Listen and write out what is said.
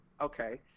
Okay